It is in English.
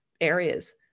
areas